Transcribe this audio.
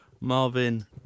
Marvin